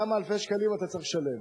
כמה אלפי שקלים אתה צריך לשלם.